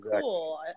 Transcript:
cool